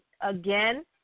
Again